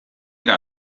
era